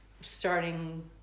starting